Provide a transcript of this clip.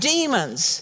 Demons